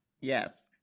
Yes